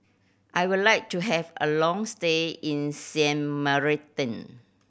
I would like to have a long stay in Sint Maarten